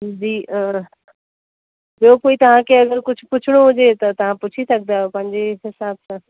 जी ॿियो कोई तव्हांखे अगरि कुझु पुछिणो हुजे त तव्हां पुछी सघंदा आहियो पंहिंजे हिसाब सां